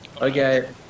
Okay